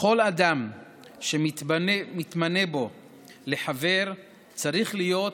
וכל אדם שמתמנה בו לחבר צריך להיות